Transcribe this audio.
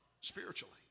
spiritually